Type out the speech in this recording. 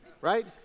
Right